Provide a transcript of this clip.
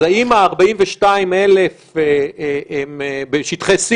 אז האם ה-42,000 הם בשטחי C?